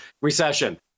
recession